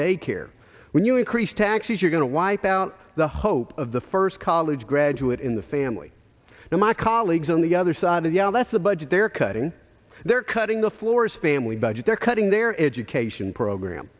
daycare when you increase taxes you're going to wipe out the hope of the first college graduate in the family and my colleagues on the other side of the aisle that's the budget they're cutting they're cutting the floors family budget they're cutting their education program